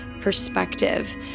perspective